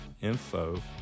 info